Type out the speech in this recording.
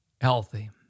healthy